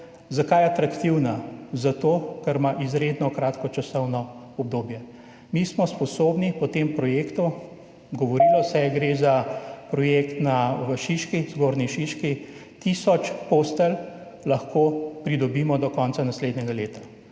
Zakaj je atraktivna? Zato ker ima izredno kratko časovno obdobje. Mi smo sposobni, po tem projektu, govorilo se je, gre za projekt v Zgornji Šiški, lahko tisoč postelj pridobimo do konca naslednjega leta.